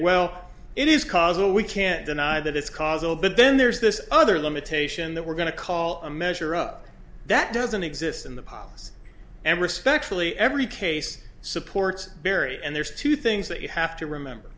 well it is causal we can't deny that it's causal but then there's this other limitation that we're going to call a measure up that doesn't exist in the populace and respectfully every case supports berry and there's two things that you have to remember